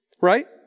right